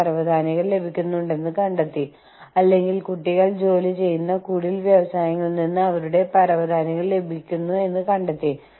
പടിഞ്ഞാറ് എന്താണ് സംഭവിക്കുന്നതെന്ന് ഞങ്ങൾ കാണാറുണ്ട് ഞങ്ങൾ കാണുന്ന മറ്റ് സിനിമകൾ മറ്റ് വാർത്തകൾ മറ്റ് രാജ്യങ്ങളിൽ എന്താണ് സംഭവിക്കുന്നതെന്ന് അതിലുടെ കാണാറുണ്ട്